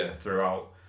throughout